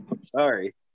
Sorry